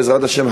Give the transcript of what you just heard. בעזרת השם,